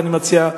מה שהיה בשכם,